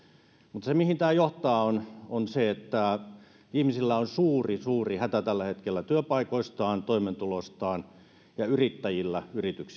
mutta se mihin tämä johtaa on on se että ihmisillä on suuri suuri hätä tällä hetkellä työpaikoistaan toimeentulostaan ja yrittäjillä yrityksistään meillä